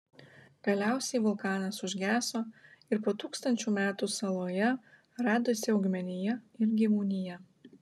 galiausiai vulkanas užgeso ir po tūkstančių metų saloje radosi augmenija ir gyvūnija